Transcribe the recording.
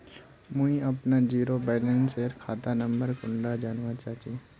मुई अपना zero balance सेल खाता नंबर कुंडा जानवा चाहची?